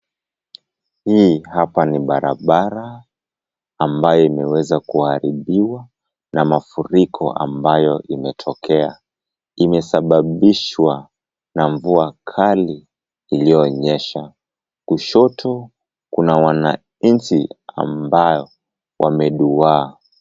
Hii hapa ni barabara ambayo imeweza kuharibiwa na mafuriko ambayo imetokea. Imesababishwa na mvua kali iliyonyesha. Kushoto kuna wananchi ambao wameduwaa.